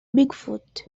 bigfoot